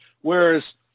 whereas